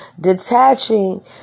detaching